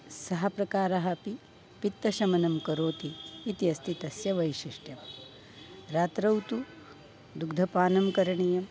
सः प्रकारः अपि पित्तशमनं करोति इति अस्ति तस्य वैशिष्ट्यं रात्रौ तु दुग्धपानं करणीयम्